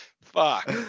Fuck